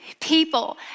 people